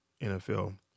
NFL